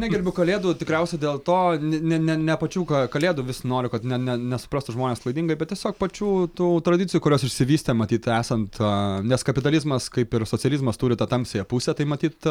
negerbiu kalėdų tikriausiai dėl to ne ne ne pačių ka kalėdų vis noriu kad ne ne nesuprastų žmonės klaidingai bet tiesiog pačių tų tradicijų kurios išsivystė matyt esant nes kapitalizmas kaip ir socializmas turi tą tamsiąją pusę tai matyt